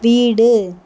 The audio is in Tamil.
வீடு